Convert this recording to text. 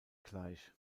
gleich